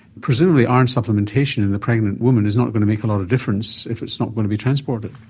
presumably iron supplementation in the pregnant woman is not going to make a lot of difference if it's not going to be transported.